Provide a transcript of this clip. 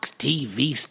TV